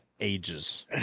ages